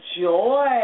joy